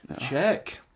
Check